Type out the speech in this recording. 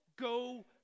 go